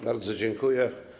Bardzo dziękuję.